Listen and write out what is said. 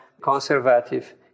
conservative